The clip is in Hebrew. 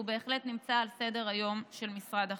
והוא בהחלט נמצא על סדר-היום של משרד החינוך.